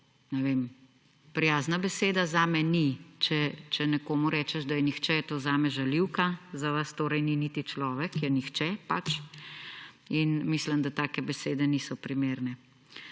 prijazna beseda. Zame ni. Če nekomu rečeš, da je nihče, je to zame žaljivka. Za vas torej ni niti človek, je nihče pač. In mislim, da take besede niso primerne.